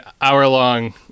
hour-long